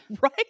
right